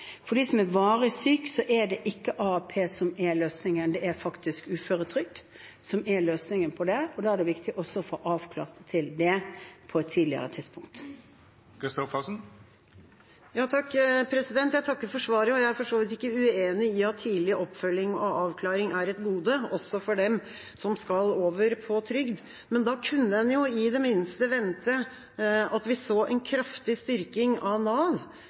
For dem som er varig syke, er det ikke AAP som er løsningen, det er faktisk uføretrygd som er løsningen på det. Da er det viktig å få avklart til det på et tidligere tidspunkt. Jeg takker for svaret. Jeg er for så vidt ikke uenig i at tidlig oppfølging og avklaring er et gode, også for dem som skal over på trygd, men da kunne en i det minste vente at vi så en kraftig styrking av Nav.